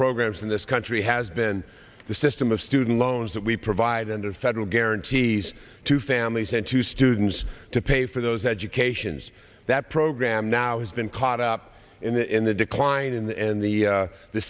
programs in this country has been the system of student loans that we provide under federal guarantees to families and to students to pay for those educations that program now has been caught up in the decline in the and the